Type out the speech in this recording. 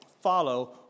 Follow